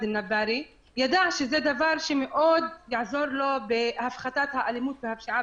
הלילה ואנחנו יודעים שמקרי האלימות והפשיעה